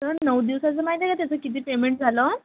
तर नऊ दिवसाचं माहिती नाही त्याचं किती पेमेंट झालं